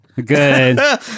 good